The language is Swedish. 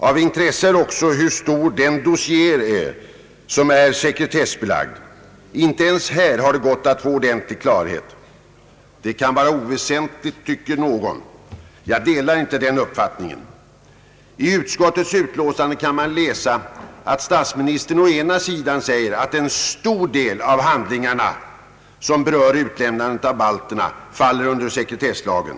Av intresse är också hur stor den dossier är, som är sekretessbelagd. Inte ens den saken har det gått att få ordentlig klarhet i. Det kan vara oväsent flyktingarna år 1946 ligt, tycker någon. Jag delar inte den uppfattningen. I utskottets utlåtande kan man å ena sidan läsa, att statsministern säger, att »en stor del» av de handlingar, som berör utlämnandet av balterna, faller under sekretesslagen.